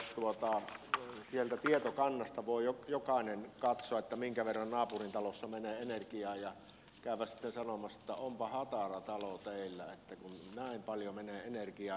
onhan se aika järkyttävää jos sieltä tietokannasta voi jokainen katsoa minkä verran naapurin talossa menee energiaa ja käydä sitten sanomassa että onpa hatara talo teillä kun näin paljon menee energiaa